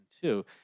two